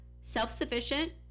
self-sufficient